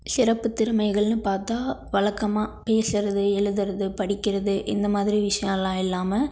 சிறப்புத் திறமைகள்னு பார்த்தா வழக்கமா பேசுறது எழுதுறது படிக்கிறது இந்த மாதிரி விஷயம்லாம் இல்லாமல்